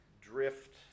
drift